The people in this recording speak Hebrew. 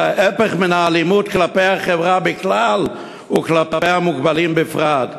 של ההפך מהאלימות כלפי החברה בכלל וכלפי המוגבלים בפרט.